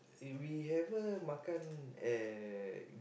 did we ever makan at